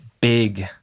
big